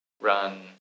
run